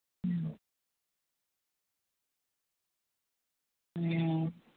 ᱦᱩᱸ ᱦᱩᱸ